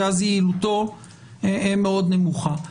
כי אז יעילותו מאוד נמוכה.